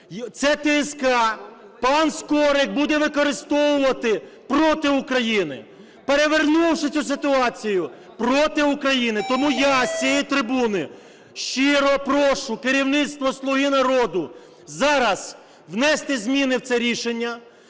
Цю ТСК пан Скорик буде використовувати проти України, перевернувши цю ситуацію проти України. Тому я з цієї трибуни щиро прошу керівництво "Слуги народу" зараз внести зміни в це рішення,